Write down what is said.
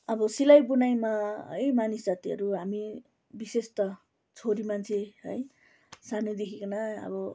अब सिलाई बुनाईमा है मानिस जातिहरू हामी विशेष त छोरी मान्छे है सानैदेखिको नै अब